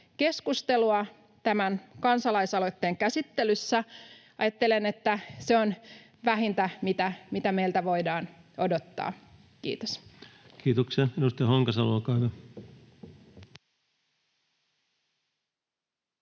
keskustelua tämän kansalaisaloitteen käsittelyssä. Ajattelen, että se on vähintä, mitä meiltä voidaan odottaa. — Kiitos. [Speech 209] Speaker: